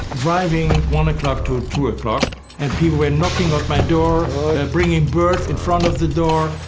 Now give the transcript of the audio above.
driving one o'clock to ah two o'clock and people were knocking on my door and bringing birds in front of the door.